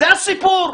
זה הסיפור.